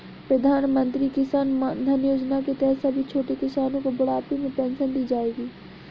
प्रधानमंत्री किसान मानधन योजना के तहत सभी छोटे किसानो को बुढ़ापे में पेंशन दी जाएगी